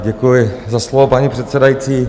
Děkuji za slovo, paní předsedající.